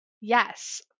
Yes